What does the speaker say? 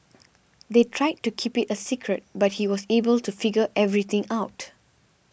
they tried to keep it a secret but he was able to figure everything out